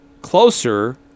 closer